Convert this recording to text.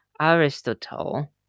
Aristotle